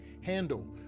handle